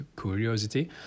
curiosity